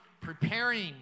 preparing